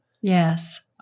Yes